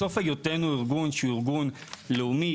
בסוף היותנו ארגון שהוא ארגון לאומי,